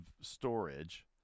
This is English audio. storage